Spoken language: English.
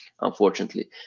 unfortunately